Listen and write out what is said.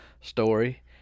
story